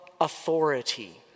authority